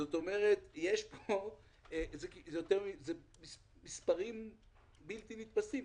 זאת אומרת, אלה מספרים בלתי נתפסים.